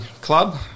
club